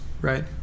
Right